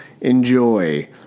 Enjoy